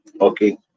Okay